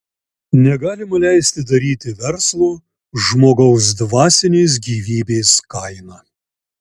negalima leisti daryti verslo žmogaus dvasinės gyvybės kaina